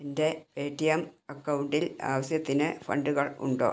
എൻ്റെ Paytm അക്കൗണ്ടിൽ ആവശ്യത്തിന് ഫണ്ടുകൾ ഉണ്ടോ